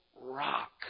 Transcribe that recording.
rock